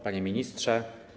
Panie Ministrze!